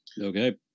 okay